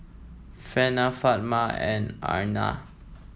Hana Fatimah and Aina